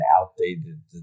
outdated